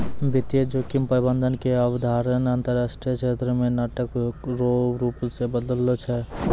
वित्तीय जोखिम प्रबंधन के अवधारणा अंतरराष्ट्रीय क्षेत्र मे नाटक रो रूप से बदललो छै